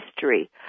history